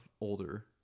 older